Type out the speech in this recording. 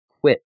quit